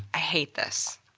i hate this?